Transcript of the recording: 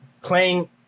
playing